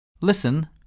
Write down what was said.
Listen